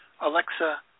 Alexa